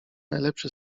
najlepszy